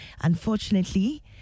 unfortunately